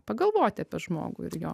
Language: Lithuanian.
pagalvoti apie žmogų ir jo